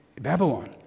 Babylon